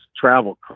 travel